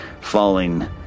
falling